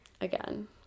Again